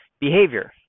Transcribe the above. behavior